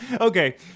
Okay